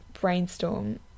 brainstorm